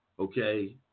Okay